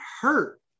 hurt